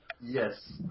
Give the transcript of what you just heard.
Yes